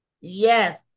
yes